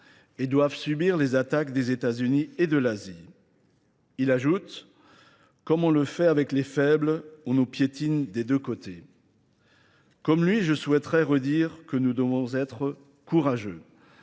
et doivent subir les attaques des États-Unis et de l'Asie. Il ajoute « comme on le fait avec les faibles, on nous piétine des deux côtés ». Comme lui, je souhaiterais redire que nous devons être courageux.